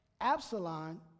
Absalom